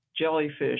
jellyfish